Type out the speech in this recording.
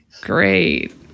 Great